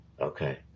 Okay